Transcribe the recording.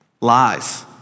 Lies